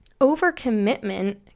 Overcommitment